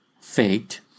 faked